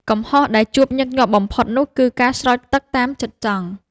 កំហុសដែលជួបញឹកញាប់បំផុតនោះគឺ ការស្រោចទឹកតាមចិត្តចង់។